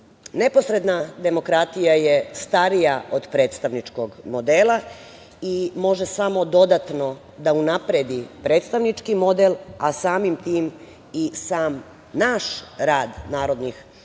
nedostatke. Neposredna demokratija je starija od predstavničkog modela i može samo dodatno da unapredi predstavnički model, a samim tim i naš rad narodnih poslanika